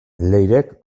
leirek